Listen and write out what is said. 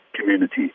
community